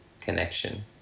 connection